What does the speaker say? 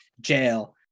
Jail